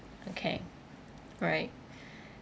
okay all right